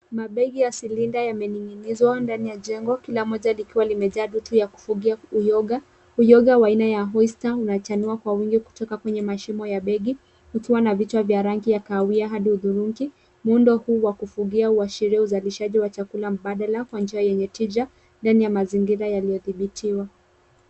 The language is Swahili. Mabegi ya silinda yamening'inizwa ndani ya jengo. Kila mmoja likiwa limejaa dutu ya kufugia uyoga. Uyoga wa aina ya oyster unachanua kwa wingi kutoka kwa mashimo ya begi ukiwa na vichwa vya rangi ya kahawia hadi hudhurungi. Muundo huu wa kufugia huashiria uzalishaji wa chakula mbadala kwa njia yenye tija ndani ya mazingira yaliyodhibitiwa.